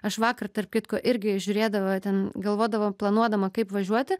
aš vakar tarp kitko irgi žiūrėdava ten galvodavo planuodama kaip važiuoti